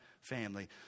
family